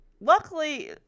Luckily